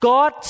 God